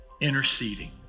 Interceding